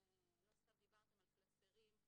לא סתם דיברתם על קלסרים,